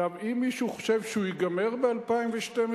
אם מישהו חושב שהוא ייגמר ב-2012,